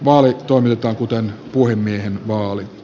vaali toimitetaan kuten puhemiehen vaali